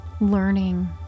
learning